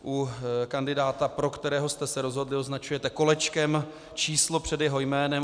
U kandidáta, pro kterého jste se rozhodli, označujete kolečkem číslo před jeho jménem.